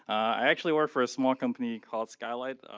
i actually work for a small company called skylight,